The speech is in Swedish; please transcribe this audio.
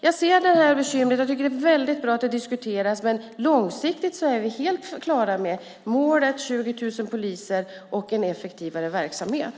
Jag ser det här bekymret, och jag tycker att det är väldigt bra att det diskuteras. Men långsiktigt är vi helt klara med målet 20 000 poliser och en effektivare verksamhet.